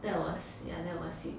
that was yeah that was it